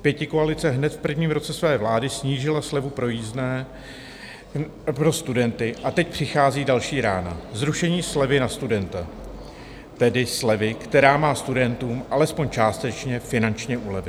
Pětikoalice hned v prvním roce své vlády snížila slevu na jízdné pro studenty a teď přichází další rána zrušení slevy na studenta, tedy slevy, která má studentům alespoň částečně finančně ulevit.